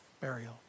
burial